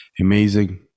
amazing